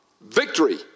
Victory